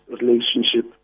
relationship